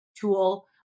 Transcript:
tool